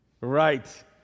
Right